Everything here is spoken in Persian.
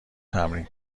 تمرین